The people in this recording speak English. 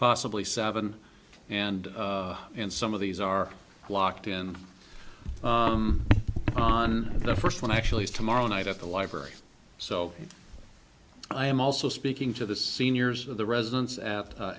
possibly seven and in some of these are locked in on the first one actually is tomorrow night at the library so i am also speaking to the seniors of the residents at